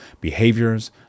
behaviors